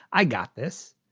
i got this.